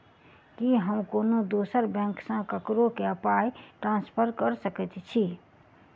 की हम कोनो दोसर बैंक सँ ककरो केँ पाई ट्रांसफर कर सकइत छि?